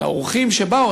על האורחים שבאו,